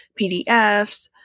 PDFs